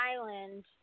Island